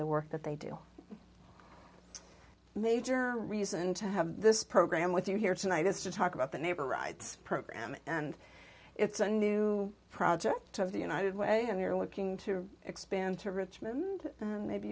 the work that they do major reason to have this program with you here tonight is to talk about the neighbor rights program and it's a new project of the united way and they're looking to expand to richmond maybe